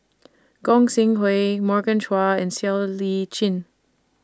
Gog Sing Hooi Morgan Chua and Siow Lee Chin